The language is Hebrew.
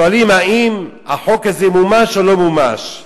שואלים האם החוק הזה מומש או לא מומש.